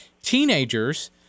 Teenagers